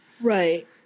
Right